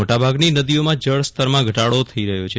મોટાભાગની નદીઓમાં જળ સ્તરમાં ઘટાડો થઈ રહ્યો છે